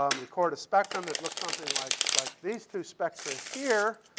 um record a spectrum that looked something like like these two spectra here.